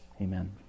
Amen